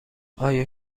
آیا